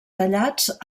tallats